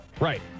Right